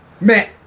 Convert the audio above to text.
Man